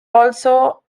also